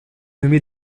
nommé